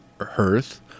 hearth